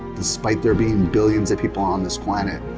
despite there being billions of people on this planet,